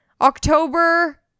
october